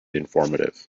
informative